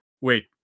Wait